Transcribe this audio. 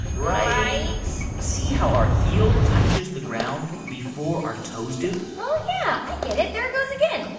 but right see how our heel touches the ground before our toes do? oh, yeah, i get it. there it goes again.